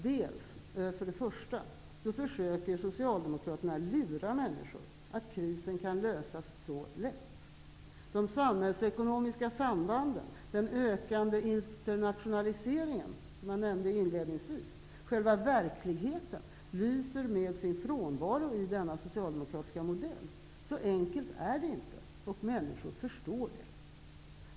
Socialdemokraterna försöker lura människor att krisen kan lösas så lätt. De samhällsekonomiska sambanden och den ökande internationaliseringen, ja själva verkligheten, lyser med sin frånvaro i denna socialdemokratiska modell. Så enkelt är det inte, och folk förstår det.